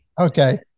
Okay